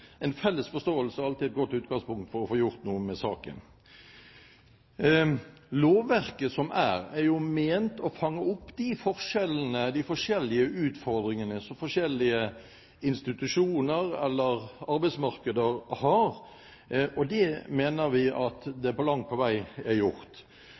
En felles forståelse er alltid et godt utgangspunkt for å få gjort noe med saken. Lovverket er ment å fange opp de forskjellige utfordringene som forskjellige institusjoner eller arbeidsmarkeder har. Det mener vi langt på vei er gjort. Når statsråden viser til at